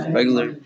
regular